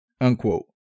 unquote